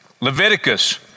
Leviticus